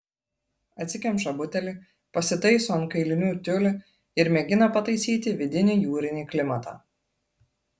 atsikemša butelį pasitaiso ant kailinių tiulį ir mėgina pataisyti vidinį jūrinį klimatą